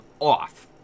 off